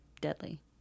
deadly